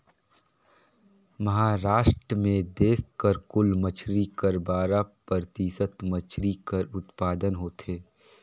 महारास्ट में देस कर कुल मछरी कर बारा परतिसत मछरी कर उत्पादन होथे